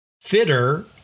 fitter